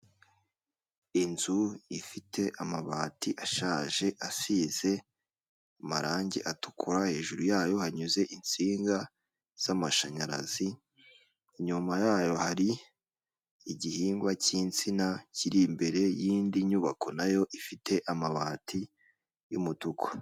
Inzu ifite amabati ashaje asize marangi atukura hejuru yayo hanyuze insinga z'amashanyarazi, inyuma yayo hari igihingwa cy'insina kiri imbere y'indi nyubako nayo ifite amabati y'umutuku.